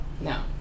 no